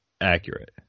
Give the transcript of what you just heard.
accurate